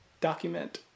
document